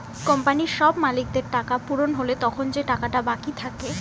কোম্পানির সব মালিকদের টাকা পূরণ হলে তখন যে টাকাটা বাকি থাকে